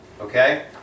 Okay